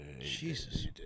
Jesus